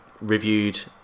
reviewed